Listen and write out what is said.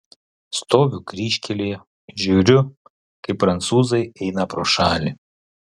stoviu kryžkelėje žiūriu kaip prancūzai eina pro šalį